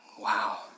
Wow